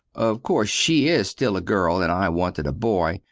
of course she is still a girl and i wanted a boy,